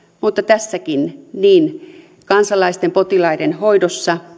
mutta tässäkin niin kansalaisten potilaiden hoidossa